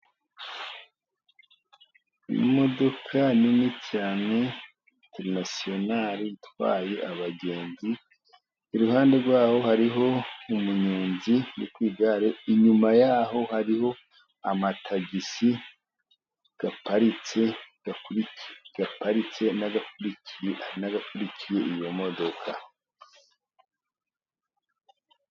Imodoka nini cyane Interinasiyonali itwaye abagenzi, iruhande rwaho hariho umuyonzi uri kwigare, inyuma yaho hariho amatagisi aparitse, aparitse n'abakurikiye, n'abakurikiye iyo modoka.